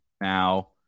now